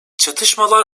çatışmalar